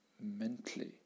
mentally